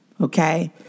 okay